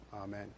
Amen